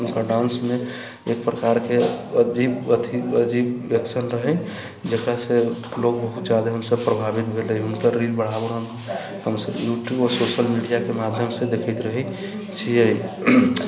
हुनकर डान्समे एक प्रकारके अजीब अथी अजीब एक्शन रहै जेकरा से लोग बहुत जादा हमसब प्रभावित भेल रही हुनकर रील बराबर हमसब यूट्यूब आ सोशल मीडियाके माध्यम से देखैत रहैत छियै